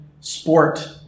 sport